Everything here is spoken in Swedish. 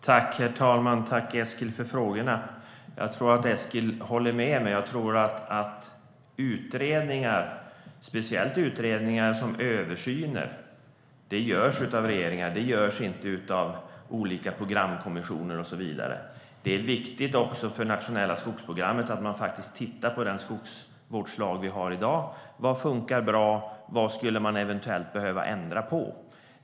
Herr talman! Jag tackar Eskil Erlandsson för frågorna. Jag tror att han håller med mig om att utredningar, speciellt utredningar där det sker en översyn, görs av regeringar. Det görs inte av olika programkommissioner och så vidare. Det är viktigt för det nationella skogsprogrammet att man faktiskt tittar på den skogsvårdslag som vi har i dag. Vad funkar bra, och vad skulle man eventuellt behöva ändra på?